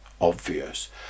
obvious